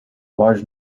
large